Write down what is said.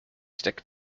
stick